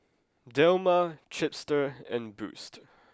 Dilmah Chipster and Boost